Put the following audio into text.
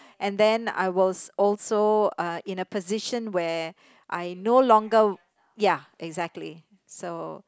and then I was also uh in a position where I no longer ya exactly so